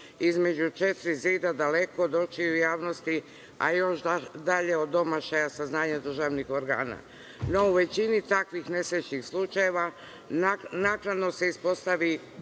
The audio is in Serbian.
između četiri zida, daleko od očiju javnosti, a još od domašaja saznanja državnih organa. No, u većini takvih nesrećnih slučajeva naknadno se uspostavi